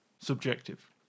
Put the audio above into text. subjective